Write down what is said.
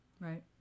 right